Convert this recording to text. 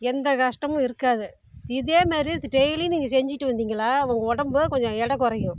எந்த கஷ்டமும் இருக்காது இதேமாரி டெய்லியும் நீங்கள் செஞ்சிகிட்டு வந்திங்களா உங்கள் உடம்பு கொஞ்சம் எடை குறையும்